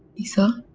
essa,